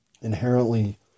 inherently